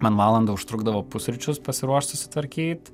man valandą užtrukdavo pusryčius pasiruošt susitvarkyt